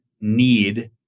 need